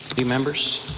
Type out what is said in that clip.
the members